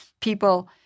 people